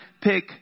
pick